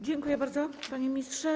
Dziękuję bardzo, panie ministrze.